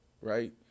right